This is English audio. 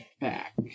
back